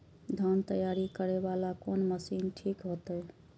धान तैयारी करे वाला कोन मशीन ठीक होते?